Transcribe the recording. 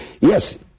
yes